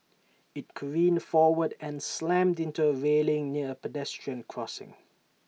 IT careened forward and slammed into A railing near A pedestrian crossing